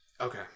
Okay